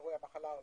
המחלה ההולנדית,